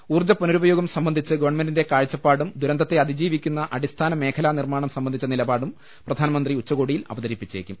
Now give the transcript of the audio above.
ഊർജ്ജ പുനരൂപ്യോഗം സംബ ന്ധിച്ച് ഗവൺമെന്റിന്റെ കാഴ്ചപ്പാടും ദുരന്തത്തെ അതിജീവി ക്കുന്ന അടിസ്ഥാന മേഖലാ നിർമ്മാണം സംബന്ധിച്ച നിലപാടും പ്രധാനമന്ത്രി ഉച്ചകോടിയിൽ അവതരിപ്പിച്ചേക്കും